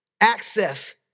access